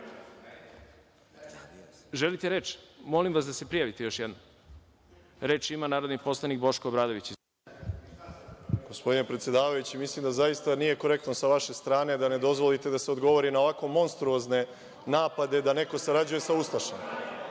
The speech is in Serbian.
reč? Želite reč? Molim vas da se prijavite još jednom. Reč ima narodni poslanik Boško Obradović. **Boško Obradović** Gospodine predsedavajući, mislim da zaista nije korektno sa vaše strane da ne dozvolite da se odgovori na ovako monstruozne napade da neko sarađuje sa ustašama. Ja